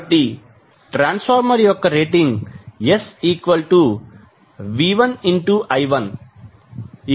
కాబట్టి ట్రాన్స్ఫార్మర్ యొక్క rating SV1I1V2I29